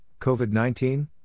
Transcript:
COVID-19